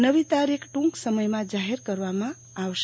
નવી તારીખ ટુંક સમયમાં જાહેર કરવામાં આવશે